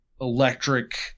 electric